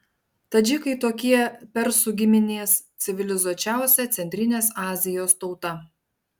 tadžikai tokie persų giminės civilizuočiausia centrinės azijos tauta